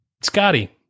Scotty